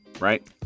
right